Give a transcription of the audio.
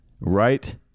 right